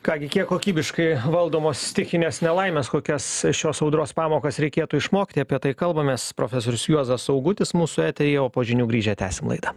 ką gi kiek kokybiškai valdomos stichinės nelaimės kokias šios audros pamokas reikėtų išmokti apie tai kalbamės profesorius juozas augutis mūsų eteryje o po žinių grįžę tęsim laidą